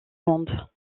monde